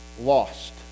Lost